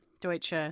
Deutsche